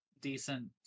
decent